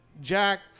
Jack